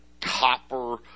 copper